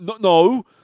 no